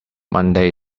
monday